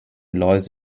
laws